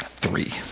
Three